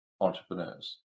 entrepreneurs